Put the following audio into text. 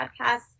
podcasts